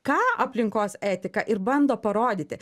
ką aplinkos etika ir bando parodyti